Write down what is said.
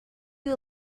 you